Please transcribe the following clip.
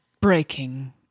breaking